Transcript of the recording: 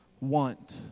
want